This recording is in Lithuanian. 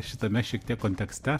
šitame šiek tiek kontekste